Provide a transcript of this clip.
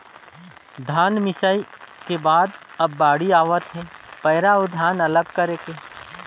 धन मिंसई के बाद अब बाड़ी आवत हे पैरा अउ धान अलग करे के